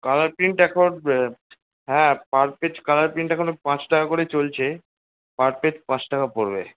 colour print এখন হ্যাঁ per page colour print এখন পাঁচ টাকা করে চলছে পার পেজ পাঁচ টাকা পড়বে